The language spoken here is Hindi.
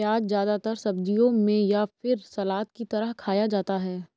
प्याज़ ज्यादातर सब्जियों में या फिर सलाद की तरह खाया जाता है